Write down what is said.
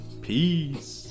Peace